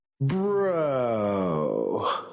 Bro